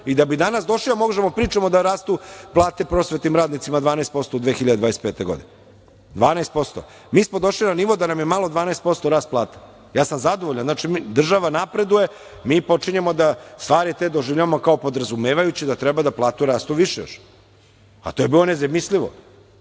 došli danas da možemo da pričamo da rastu plate prosvetnim radnicima 12% u 2025. godini. Mi smo došli na nivo da nam je malo 12% rasta plata. Ja sam zadovoljan, država napreduje, mi počinjemo da te stvari doživljavamo podrazumevajuće, da treba da plate rastu još više, a to je bilo nezamislivo.